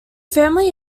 family